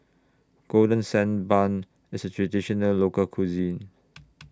Golden Sand Bun IS A Traditional Local Cuisine